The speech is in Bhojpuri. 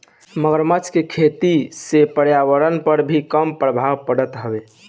मगरमच्छ के खेती से पर्यावरण पअ भी कम प्रभाव पड़त हवे